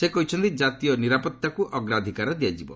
ସେ କହିଛନ୍ତି କାତୀୟ ନିରାପତ୍ତାକୁ ଅଗ୍ରାଧିକାର ଦିଆଯିବ